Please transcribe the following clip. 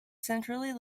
centrally